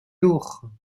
jours